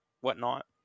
whatnot